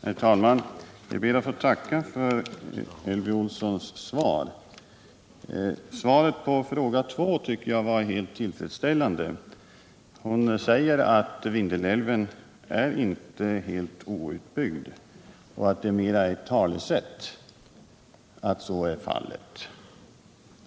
Herr talman! Jag ber att få tacka för Elvy Olssons svar. Svaret på den andra frågan tycker jag var helt tillfredsställande. Hon sade att Vindelälven inte är helt outbyggd och att det mera är ett talesätt att så skulle vara fallet.